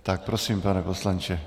Tak prosím, pane poslanče.